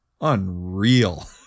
unreal